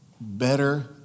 better